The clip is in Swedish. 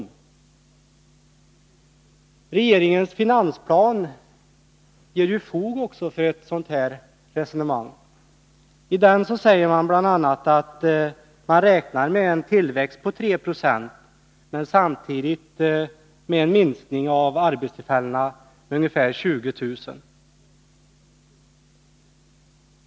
Regeringens finansplan ger också fog för ett sådant resonemang. I den sägs det bl.a. att man räknar med en tillväxt på 3 Zo men samtidigt med en minskning av arbetstillfällena med ungefär 20 000.